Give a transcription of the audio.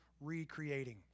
recreating